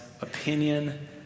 opinion